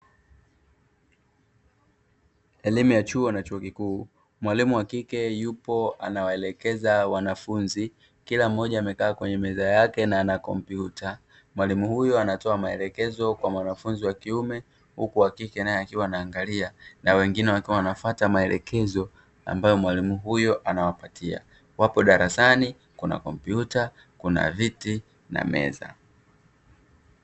Elimu ya chuo na chuo kikuu, mwalimu wa kike yupo anawaelekeza wanafunzi kila mmoja amekaa kwenye meza yake na ana kompyuta. Mwalimu huyo anatoa maelekezo kwa mwanafunzi wa kiume huku wa kike nae akiwa anaangalia na wengine wakiwa wanafata maelekezo ambayo mwalimu huyo anawapatia, wapo darasani kuna kompyuta, kuna viti na meza.